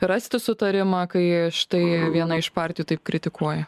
rasti sutarimą kai štai viena iš partijų taip kritikuoja